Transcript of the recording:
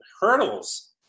hurdles